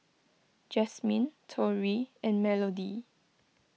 Jasmine Torey and Melodee